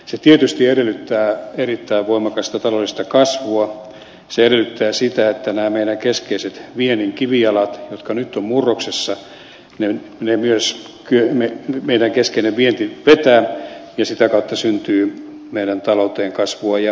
se tietysti edellyttää erittäin voimakasta taloudellista kasvua se edellyttää sitä että kun nämä meidän keskeiset viennin kivijalat nyt ovat murroksessa keskeinen vienti saadaan vetämään ja sitä kautta syntyy meidän talouteemme kasvua ja työllisyyttä